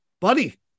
buddy